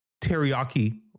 teriyaki